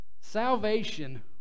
Salvation